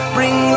Bring